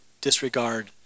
disregard